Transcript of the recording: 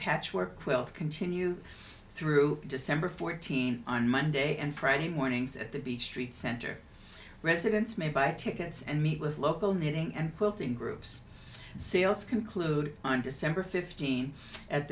patchwork quilt continue through december fourteenth on monday and friday mornings at the beach street center residents may buy tickets and meet with local knitting and quilting groups sales conclude on december fifteenth at